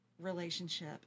relationship